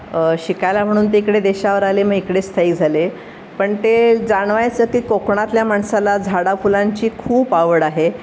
शिकायला म्हणून ते इकडे देशावर आले मग इकडे स्थायिक झाले पण ते जाणवायचं की कोकणातल्या माणसाला झाडाफुलांची खूप आवड आहे